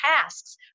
tasks